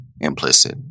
implicit